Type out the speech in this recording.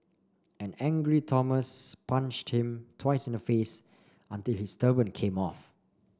an angry Thomas punched him twice in the face until his turban came off